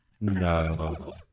No